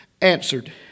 answered